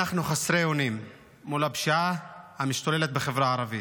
אנחנו חסרי אונים מול הפשיעה המשתוללת בחברה הערבית.